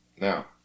Now